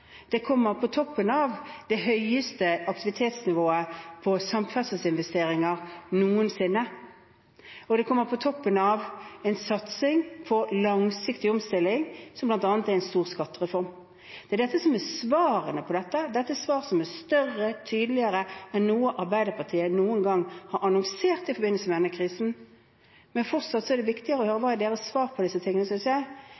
Det kommer på toppen av det høyeste aktivitetsnivået på samferdselsinvesteringer noensinne, og det kommer på toppen av en satsing på langsiktig omstilling som bl.a. en stor skattereform. Det er dette som er svarene på dette. Dette er svar som er større og tydeligere enn noe av det Arbeiderpartiet noen gang har annonsert i forbindelse med denne krisen, men fortsatt er det viktigere å høre hva deres svar på disse tingene er, synes jeg,